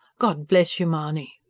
god bless you, mahony!